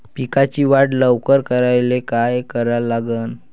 पिकाची वाढ लवकर करायले काय करा लागन?